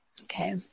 Okay